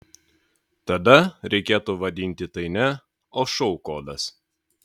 tada reikėtų vadinti tai ne o šou kodas